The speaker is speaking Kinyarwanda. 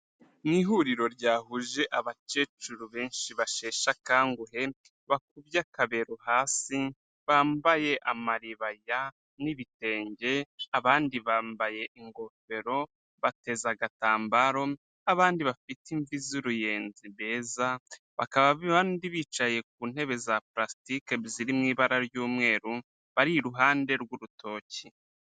Ni ihuriro ryahuje abakecuru benshi basheshe akanguhe, bakubye akabero hasi, bambaye amaribaya n'ibitenge, abandi bambaye ingofero bateze agatambaro, abandi bafite imvi z'uruyenzi beza, bakaba bicaye ku ntebe za pulastike ziri mu ibara ry'umweru bari iruhande rw'urutoki.